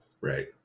Right